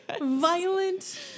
Violent